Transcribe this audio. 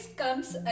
comes